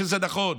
שזה נכון,